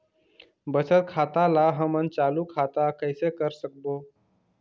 बचत खाता ला हमन चालू खाता कइसे कर सकबो?